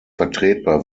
vertretbar